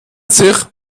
sich